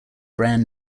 brand